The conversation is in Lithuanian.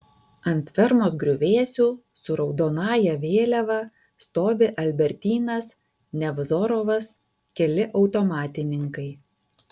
ant fermos griuvėsių su raudonąja vėliava stovi albertynas nevzorovas keli automatininkai